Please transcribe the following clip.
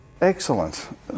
Excellent